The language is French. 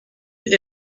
est